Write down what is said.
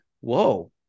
whoa